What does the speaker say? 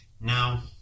Now